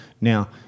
Now